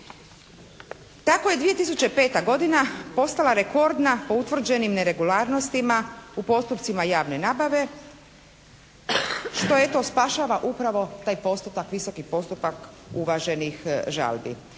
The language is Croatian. Tako je 2005. godine postala rekordna po utvrđenim neregularnostima u postupcima javne nabave što eto, spašava upravo taj postupak, visoki postupak uvaženih žalbi.